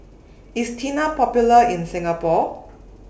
IS Tena Popular in Singapore